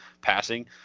passing